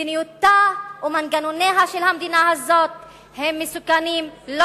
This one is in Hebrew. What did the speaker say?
מדיניותה ומנגנוניה של המדינה הזאת הם מסוכנים לא